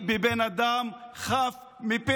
בבן אדם חף מפשע.